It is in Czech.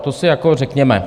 To si jako řekněme.